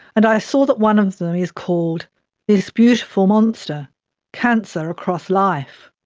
and i saw that one of them is called this beautiful monster cancer across life.